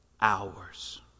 hours